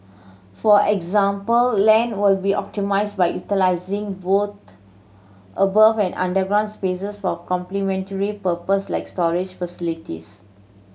for example land will be optimised by utilising both above and underground spaces for complementary purpose like storage facilities